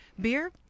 Beer